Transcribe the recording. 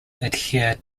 adhere